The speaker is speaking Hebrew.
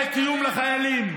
העלאת דמי קיום לחיילים,